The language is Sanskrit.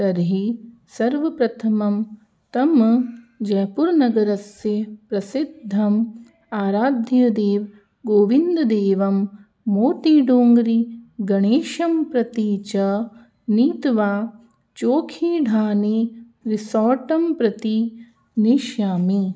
तर्हि सर्वप्रथमं तं जयपुरनगरस्य प्रसिद्धं आराध्यदेवगोविन्ददेवं मोटीडोङ्गरीगणेशं प्रति च नीत्वा चोखीधाणि रिसार्टं प्रति नेष्यामि